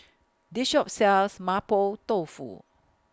This Shop sells Mapo Tofu